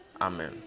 amen